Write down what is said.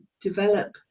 develop